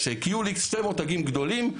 יש קיוליקס, שני מותגים גדולים.